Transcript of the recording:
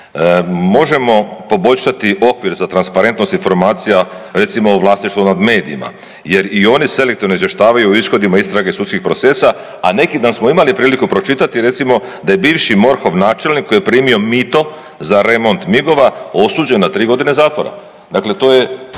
Možemo poboljšati okvir za transparentnost informacija recimo u vlasništvu nad medijima, jer i oni selektivno izvještavaju o ishodima istrage Sudskih procesa, a neki dan smo imali priliku pročitati, recimo da je bivši MORH-ov Načelnik koji je primio mito za remont migova osuđen na 3 godine zatvore. Dakle, to je